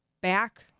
back